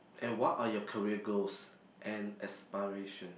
and what are your career goals and aspiration